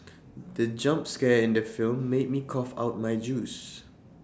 the jump scare in the film made me cough out my juice